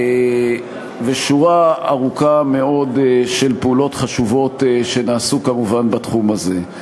ושורה ארוכה מאוד של פעולות חשובות שנעשו כמובן בתחום הזה.